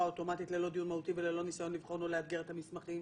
אוטומטית ללא דיון מהותי וללא ניסיון לבחון או לאתגר את המסמכים